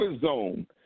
zone